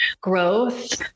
growth